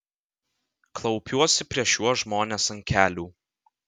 klaupiuosi prieš šiuos žmones ant kelių